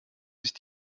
sich